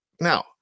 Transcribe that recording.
Now